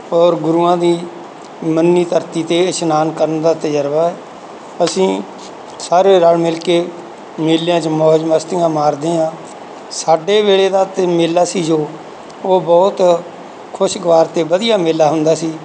ਔਰ ਗੁਰੂਆਂ ਦੀ ਮੰਨੀ ਧਰਤੀ ਅਤੇ ਇਸਨਾਨ ਕਰਨ ਦਾ ਤਜਰਬਾ ਅਸੀਂ ਸਾਰੇ ਰਲ ਮਿਲ ਕੇ ਮੇਲਿਆਂ 'ਚ ਮੌਜ ਮਸਤੀਆਂ ਮਾਰਦੇ ਹਾਂ ਸਾਡੇ ਵੇਲੇ ਦਾ ਤਾਂ ਮੇਲਾ ਸੀ ਜੋ ਉਹ ਬਹੁਤ ਖੁਸ਼ਗਵਾਰ ਅਤੇ ਵਧੀਆ ਮੇਲਾ ਹੁੰਦਾ ਸੀ